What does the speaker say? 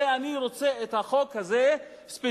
הרי אני רוצה את החוק הזה ספציפית,